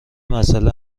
مساله